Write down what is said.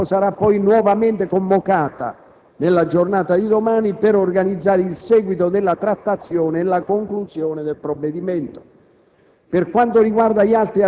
La Conferenza dei Capigruppo sarà poi nuovamente convocata, nella giornata di domani, per organizzare il seguito della trattazione e la conclusione del provvedimento.